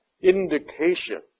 indication